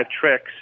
tricks